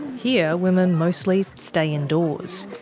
here, women mostly stay indoors.